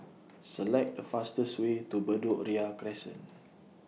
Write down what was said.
Select The fastest Way to Bedok Ria Crescent